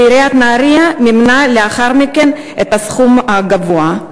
ועיריית נהרייה מימנה לאחר מכן את הסכום הגבוה.